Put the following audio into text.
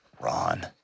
Ron